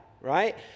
right